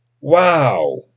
Wow